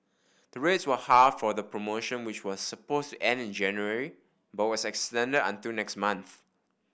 the rates were halved for the promotion which was supposed to end in January but was extended until next month